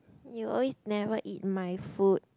you always never eat my food